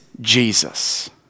Jesus